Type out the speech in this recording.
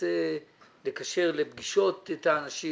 ביקשתי שנה.